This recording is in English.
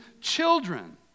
children